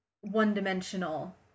one-dimensional